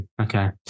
okay